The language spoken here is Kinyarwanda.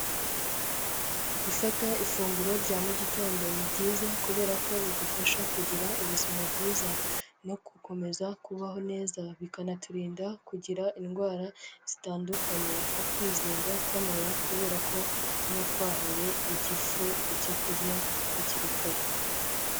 Gufata ifunguro rya mu gitondo ni byiza, kubera ko bidufasha kugira ubuzima bwiza no gukomeza kubaho neza, bikanaturinda kugira indwara zitandukanye nko kwizinga kw'amara kubera ko tuba twahaye igifu ibyo kurya hakiri kare.